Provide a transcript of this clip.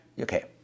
okay